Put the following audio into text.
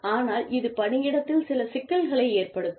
ஆனால் இது பணியிடத்தில் சில சிக்கல்களை ஏற்படுத்தும்